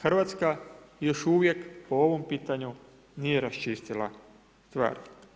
Hrvatska još uvijek po ovom pitaju nije raščistila stvar.